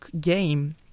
game